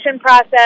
process